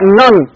none